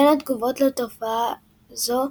בין התגובות לתופעה זו